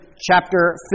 chapter